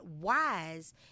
wise